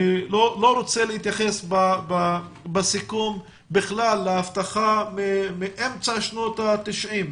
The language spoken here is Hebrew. אני בכלל לא רוצה להתייחס בסיכום להבטחה מאמצע שנות ה-90,